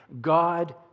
God